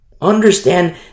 understand